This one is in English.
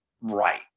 right